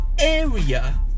area